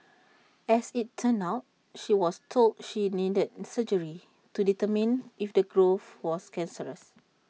as IT turned out she was told she needed surgery to determine if the growth was cancerous